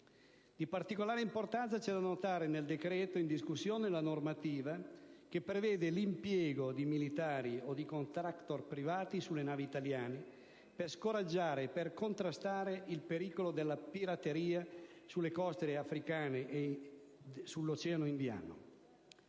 Di particolare importanza nel decreto in discussione è la normativa che prevede l'impiego di militari o di *contractor* privati sulle navi italiane per scoraggiare e contrastare il pericolo della pirateria sulle coste africane e sull'Oceano indiano.